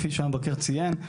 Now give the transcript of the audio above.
כפי שהמבקר ציין,